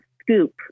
scoop